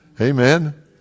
Amen